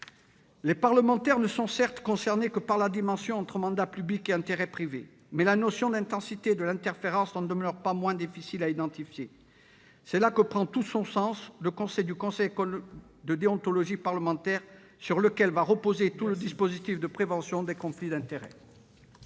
Les parlementaires ne sont certes concernés que par d'éventuelles interférences entre mandat public et intérêts privés, mais la notion d'intensité de l'interférence n'en demeure pas moins difficile à cerner. C'est là que prend tout son sens le conseil du comité de déontologie parlementaire, sur lequel reposera le dispositif de prévention des conflits d'intérêts.